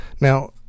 now